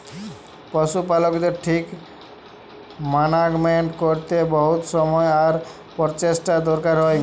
পশু পালকের ঠিক মানাগমেন্ট ক্যরতে বহুত সময় আর পরচেষ্টার দরকার হ্যয়